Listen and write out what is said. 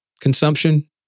consumption